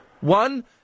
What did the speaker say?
One